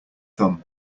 thumb